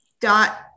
dot